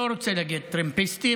אני לא רוצה להגיד "טרמפיסטים".